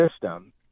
system